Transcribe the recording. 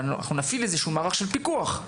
אבל אנחנו נפעיל איזשהו מערך של פיקוח,